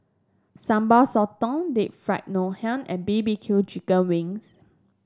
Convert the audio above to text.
Sambal Sotong Deep Fried Ngoh Hiang and B B Q Chicken Wings